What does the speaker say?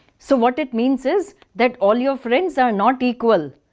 so what it means is that all your friends are not equal.